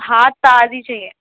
ہاں تازی چاہیے